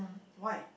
why